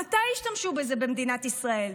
מתי השתמשו בזה במדינת ישראל?